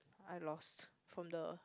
I lost from the